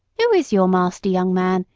who is your master, young man?